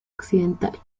occidental